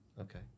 Okay